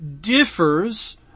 differs